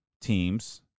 teams